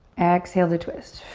exhale to twist.